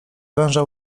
węże